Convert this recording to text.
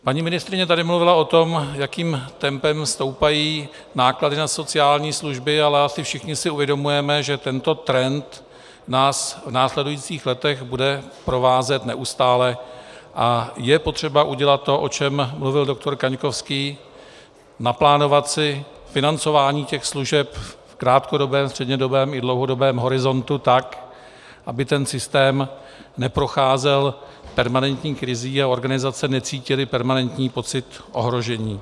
Paní ministryně tady mluvila o tom, jakým tempem stoupají náklady na sociální služby, ale asi všichni si uvědomujeme, že tento trend nás v následujících letech bude provázet neustále a je potřeba udělat to, o čem mluvil doktor Kaňkovský, naplánovat si financování těch služeb v krátkodobém, střednědobém i dlouhodobém horizontu, tak aby ten systém neprocházel permanentní krizí a organizace necítily permanentní pocit ohrožení.